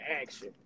action